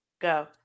Go